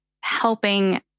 helping